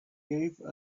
gave